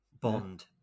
Bond